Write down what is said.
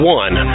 one